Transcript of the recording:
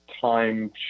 time